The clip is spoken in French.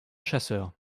chasseurs